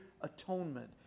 atonement